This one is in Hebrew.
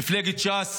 מפלגת ש"ס